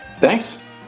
thanks